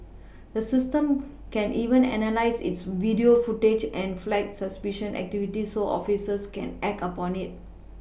the system can even analyse its video footage and flag suspicious activity so officers can act upon it